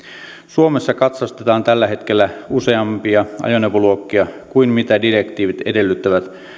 suomessa katsastetaan tällä hetkellä useampia ajoneuvoluokkia kuin mitä direktiivit edellyttävät